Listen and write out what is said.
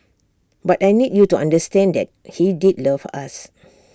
but I need you to understand that he did love us